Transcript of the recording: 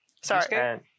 Sorry